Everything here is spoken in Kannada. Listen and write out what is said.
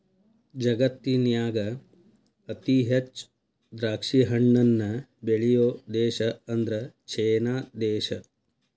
ಜಗತ್ತಿನ್ಯಾಗ ಅತಿ ಹೆಚ್ಚ್ ದ್ರಾಕ್ಷಿಹಣ್ಣನ್ನ ಬೆಳಿಯೋ ದೇಶ ಅಂದ್ರ ಚೇನಾ ದೇಶ